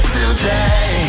Today